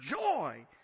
joy